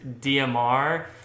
DMR